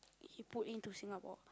he put into Singapore